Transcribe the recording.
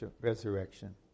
resurrection